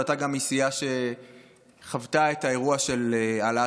ואתה גם מסיעה שחוותה את האירוע של העלאת